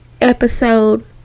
episode